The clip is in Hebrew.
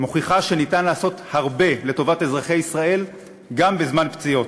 מוכיחה שניתן לעשות הרבה לטובת אזרחי ישראל גם בזמן פציעות.